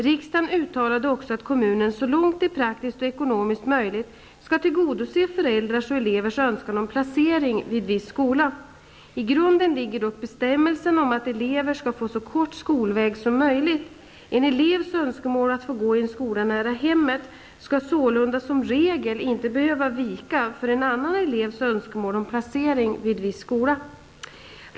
Riksdagen uttalade också att kommunen så långt det är praktiskt och ekonomiskt möjligt skall tillgodose föräldrars och elevers önskan om placering vid viss skola. I grunden ligger dock bestämmelsen om att eleverna skall få så kort skolväg som möjligt. En elevs önskemål om att få gå i en skola nära hemmet skall sålunda som regel inte behöva vika för en annan elevs önskemål om placering vid viss skola.